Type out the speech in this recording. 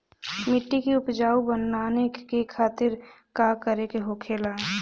मिट्टी की उपजाऊ बनाने के खातिर का करके होखेला?